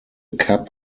kapp